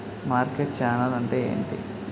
Market channel అంటే ఏంటి?